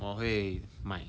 我会买